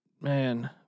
man